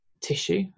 tissue